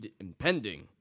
impending